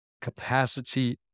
capacity